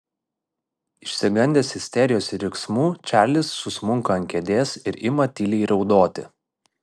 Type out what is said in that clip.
išsigandęs isterijos ir riksmų čarlis susmunka ant kėdės ir ima tyliai raudoti